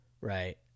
right